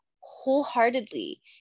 wholeheartedly